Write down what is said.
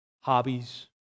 Hobbies